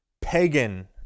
pagan